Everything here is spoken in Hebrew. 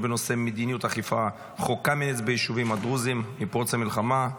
בנושא: מדיניות אכיפת חוק קמיניץ ביישובים הדרוזיים מפרוץ המלחמה.